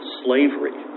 slavery